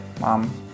mom